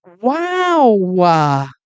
wow